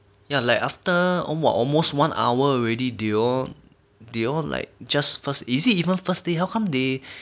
ya like after !wah! almost one hour already they all they all like just first is it even first day how come they